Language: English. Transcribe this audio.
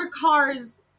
cars